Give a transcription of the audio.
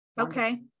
Okay